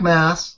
Mass